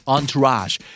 Entourage